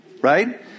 Right